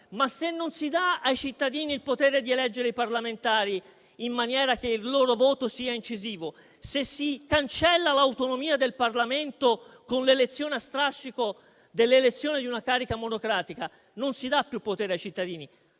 Se non si dà ai cittadini il potere di eleggere i parlamentari in maniera che il loro voto sia incisivo, se si cancella l'autonomia del Parlamento con l'elezione a strascico di una carica monocratica, non si dà più potere ai cittadini: